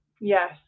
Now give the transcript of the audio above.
Yes